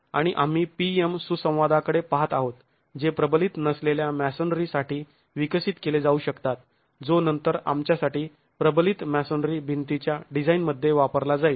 आणि आम्ही PM सुसंवादाकडे पाहत आहोत जे प्रबलित नसलेल्या मॅसोनेरीसाठी विकसीत केले जाऊ शकतात जो नंतर आमच्यासाठी प्रबलित मॅसोनेरी भिंतीच्या डिझाईन मध्ये वापरला जाईल